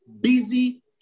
busy